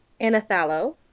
Anathalo